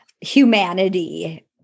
humanity